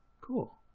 Cool